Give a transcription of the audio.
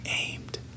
aimed